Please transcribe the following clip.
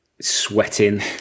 sweating